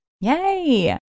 Yay